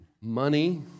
money